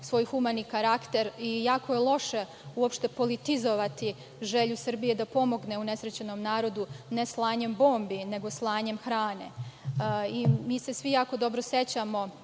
svoj humani karakter i jako je loše uopšte politizovati želju Srbije da pomogne unesrećenom narodu, ne slanjem bombi, nego slanjem hrane. Svi se jako dobro sećamo